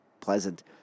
pleasant